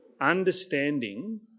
understanding